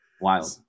wild